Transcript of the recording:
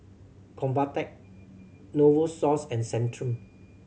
Convatec Novosource and Centrum